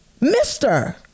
Mister